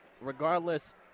regardless